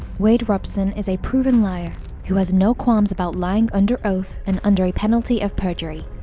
wade robson is a proven liar who has no qualms about lying under oath and under a penalty of perjury.